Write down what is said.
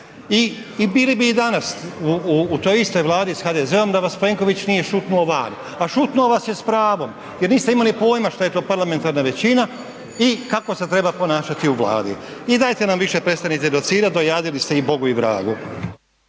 i bili i danas u toj istoj Vladi s HDZ-om da vas Plenković nije šutnuo van, a šutnuo vas je s pravom jer niste imali poima šta je to parlamentarna većina i kako se treba ponašati u Vladi. I dalje nam više prestanite docirati, dojadili ste i Bogu i vragu.